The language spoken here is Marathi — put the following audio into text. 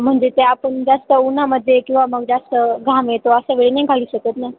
म्हणजे ते आपण जास्त उन्हामध्ये किंवा मग जास्त घाम येतो असा वेळी नाही घालू शकत ना